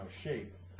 shape